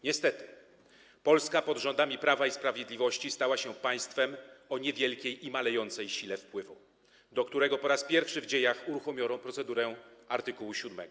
Niestety, Polska pod rządami Prawa i Sprawiedliwości stała się państwem o niewielkiej i malejącej sile wpływu, wobec którego po raz pierwszy w dziejach uruchomiono procedurę art. 7.